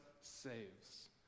saves